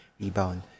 rebound